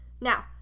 Now